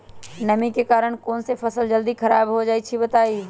नमी के कारन कौन स फसल जल्दी खराब होई छई बताई?